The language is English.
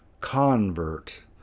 convert